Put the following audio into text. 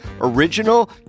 original